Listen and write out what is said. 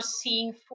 seeing